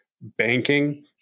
Banking